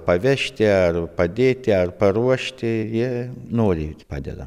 pavežti ar padėti ar paruošti jie noriai padeda